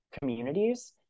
communities